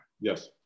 Yes